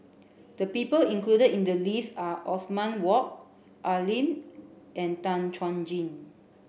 the people included in the list are Othman Wok Al Lim and Tan Chuan Jin